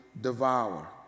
devour